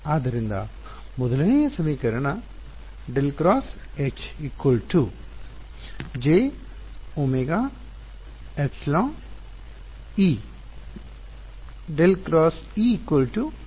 ಆದ್ದರಿಂದ ಮೊದಲನೆಯ ಸಮೀಕರಣ ε Epsilon and μ Mu ಸರಿನಾ